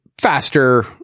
faster